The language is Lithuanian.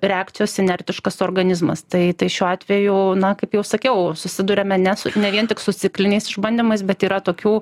reakcijos inertiškas organizmas tai tai šiuo atveju na kaip jau sakiau susiduriame ne su ne vien tik su cikliniais išbandymais bet yra tokių